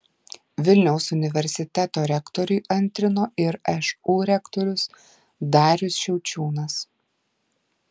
vilniaus universiteto rektoriui antrino ir šu rektorius darius šiaučiūnas